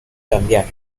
cambiar